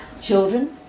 children